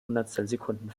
hundertstelsekunden